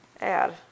Add